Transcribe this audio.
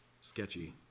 sketchy